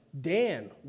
Dan